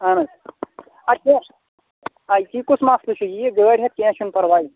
اہَن حظ اَسہِ اوس اَے یہِ کُس مَسلہٕ چھِ یِیِو گٲڑۍ ہٮ۪تھ کینٛہہ چھُنہٕ پَرواے